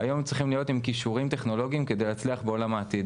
היום צריכים להיות עם כישורים טכנולוגיים כדי להצליח בעולם העתיד